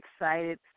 excited